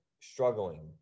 struggling